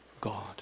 God